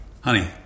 Honey